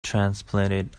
transplanted